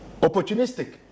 opportunistic